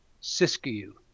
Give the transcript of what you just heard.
Siskiyou